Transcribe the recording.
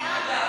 מליאה.